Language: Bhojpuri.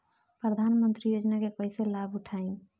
प्रधानमंत्री योजना के कईसे लाभ उठाईम?